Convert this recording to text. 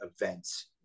events